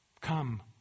Come